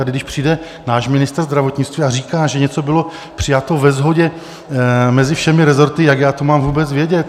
Tady když přijde náš ministr zdravotnictví a říká, že něco byl přijato ve shodě mezi všemi resorty, jak já to mám vůbec vědět?